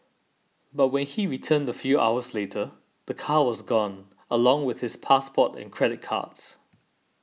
but when he returned a few hours later the car was gone along with his passport and credit cards